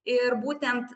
ir būtent